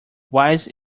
wise